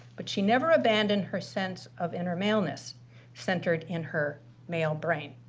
but she never abandoned her sense of inner maleness centered in her male brain.